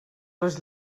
les